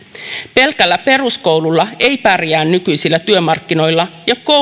pelkällä peruskoululla ei pärjää nykyisillä työmarkkinoilla ja